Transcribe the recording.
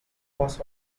was